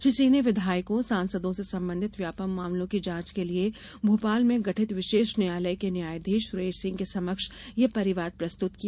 श्री सिंह ने विधायकों सांसदों से संबंधित व्यापम मामलो की जांच के लिए भोपाल में गठित विशेष न्यायालय के न्यायाधीश सुरेश सिंह के समक्ष यह परिवाद प्रस्तुत किया